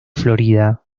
florida